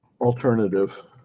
alternative